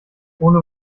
ohne